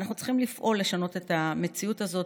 ואנחנו צריכים לפעול לשנות את המציאות הזאת,